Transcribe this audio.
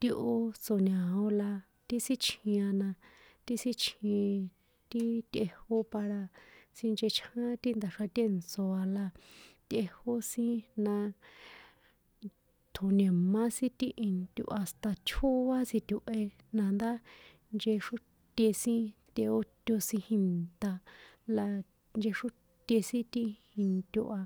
Ti ó tso̱ña̱o la, ti sin chjin a na, ti sin chjin ti tꞌejó para sinchechján ti nda̱xra tèntso̱ a la tꞌejó sin na, ṭjo̱ni̱má sin ti into a hasta tjóá tsjito̱he, nandá nchexróte sin ti ó sóa ti ìnṭa̱ la nchexróte sin ti into a